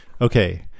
Okay